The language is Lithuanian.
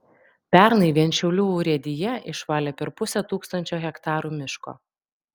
pernai vien šiaulių urėdija išvalė per pusę tūkstančio hektarų miško